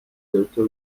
دکتر